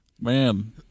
man